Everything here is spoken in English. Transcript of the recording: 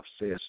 says